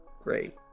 Great